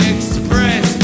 Express